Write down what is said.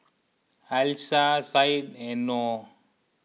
Alyssa Said and Noh